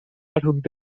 حدود